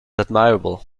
admirable